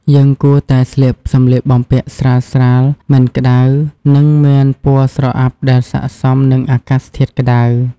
យើងគួរតែស្លៀកសម្លៀកបំពាក់ស្រាលៗ មិនក្តៅ និងមានពណ៌ស្រអាប់ដែលស័ក្តិសមនឹងអាកាសធាតុក្តៅ។